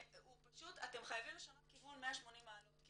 שפשוט אתם חייבים לשנות כיוון 180 מעלות כי